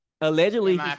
Allegedly